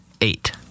eight